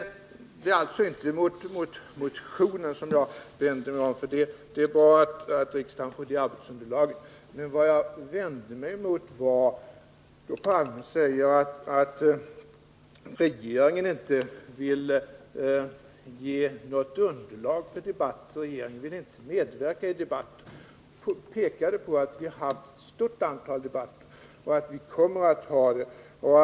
Det är alltså inte mot motionen som jag vänder mig. Det är bra att riksdagen får det arbetsunderlaget. Vad jag vänder mig mot är att Olof Palme säger att regeringen inte vill ge något underlag för debatter och att regeringen inte vill medverka i debatter. Jag har pekat på att vi har haft ett stort antal debatter, och vi kommer att ha flera sådana i fortsättningen.